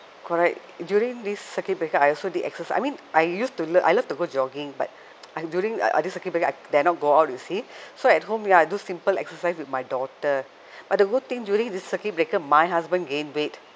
correct during this circuit breaker I also did exercise I mean I used to love I love to go jogging but I during uh uh this circuit breaker I dare not go out you see so at home ya do simple exercise with my daughter but the good thing during this circuit breaker my husband gain weight